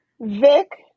Vic